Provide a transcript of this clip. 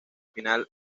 final